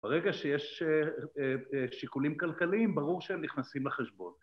ברגע שיש שיקולים כלכליים, ברור שהם נכנסים לחשבון.